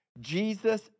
Jesus